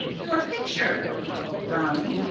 your picture, he told brownie,